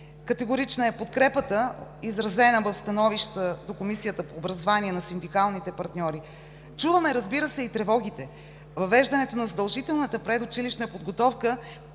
Категорична е подкрепата, изразена в становища до Комисията по образование на синдикалните партньори. Чуваме, разбира се, и тревогите. Въвеждането на задължителната предучилищна подготовка